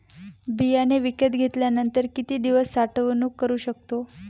बियाणे विकत घेतल्यानंतर किती दिवस साठवणूक करू शकतो?